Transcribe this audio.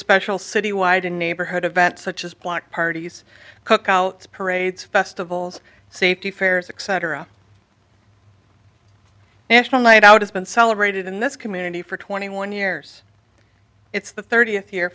special citywide and neighborhood events such as block parties cookouts parades festivals safety fairs exciter a national night out has been celebrated in this community for twenty one years it's the thirtieth year